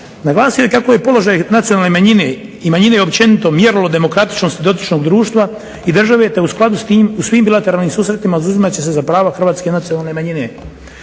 Naglasio je kako je položaj nacionalne manjine i manjine općenito mjerilo demokratičnosti doličnost društva i države te u skladu s tim u svim bilateralnim susretima zauzimat će se za prava hrvatske nacionalne manjine.